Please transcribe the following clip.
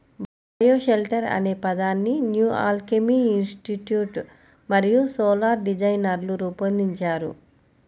bioshelter అనే పదాన్ని New Alchemy Institute మరియు సోలార్ డిజైనర్లు రూపొందించారు